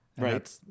right